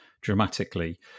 dramatically